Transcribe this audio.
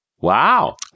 Wow